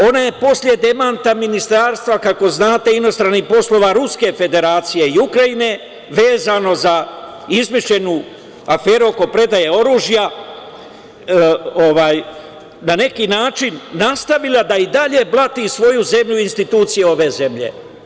Ona je posle demanta Ministarstva, kako znate, inostranih poslova Ruske Federacije i Ukrajine, vezano za izmišljenu aferu oko predaje oružja, na neki način nastavila da i dalje blati svoju zemlju i institucije svoje zemlje.